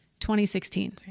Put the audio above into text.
2016